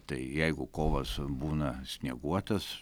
tai jeigu kovas būna snieguotas